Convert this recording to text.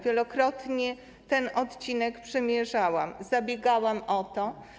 Wielokrotnie ten odcinek przemierzałam, zabiegałam o to.